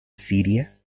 siria